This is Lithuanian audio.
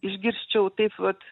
išgirsčiau taip vat